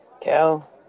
Cal